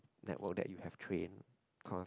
network that you have trained cause